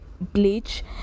bleach